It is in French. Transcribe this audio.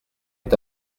est